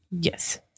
Yes